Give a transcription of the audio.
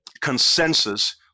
consensus